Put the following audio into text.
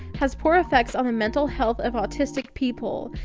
has poor effects on the mental health of autistic people,